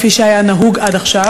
כפי שהיה נהוג עד עכשיו,